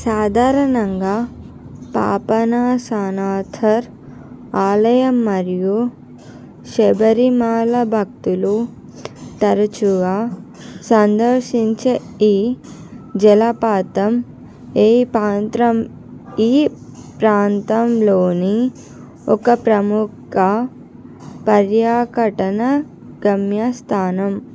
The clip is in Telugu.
సాధారణంగా పాపనాసనథర్ ఆలయం మరియు శబరిమల భక్తులు తరచుగా సందర్శించే ఈ జలపాతం ఈ పాంత్రం ఈ ప్రాంతంలోని ఒక ప్రముఖ పర్యాటక గమ్యస్థానం